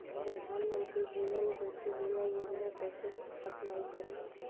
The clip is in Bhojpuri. प्रधानमंत्री जीवन ज्योति बीमा योजना कैसे अप्लाई करेम?